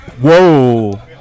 Whoa